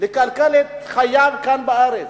לכלכל את חייו כאן בארץ,